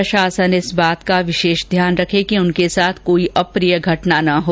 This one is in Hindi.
प्रशासन इस बात का विशेष ध्यान रखे कि उनके साथ कोई अप्रिय घटना नहीं हो